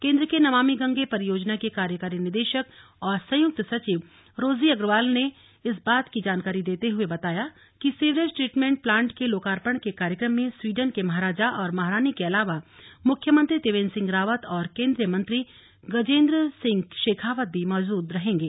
केन्द्र के नमामि गंगे परियोजना के कार्यकारी निदेशक और संयुक्त सचिव रोजी अग्रवाल ने इस बात की जानकारी देते हुए बताया कि सीवरेज ट्रीटमेंट प्लान्ट के लोकार्पण के कार्यक्रम में स्वीडन के महाराजा और महारानी के अलावा मुख्यमंत्री त्रिवेन्द्र सिंह रावत और केन्द्रीय मंत्री गजेन्द्र सिंह शेखावत भी मौजूद रहेंगे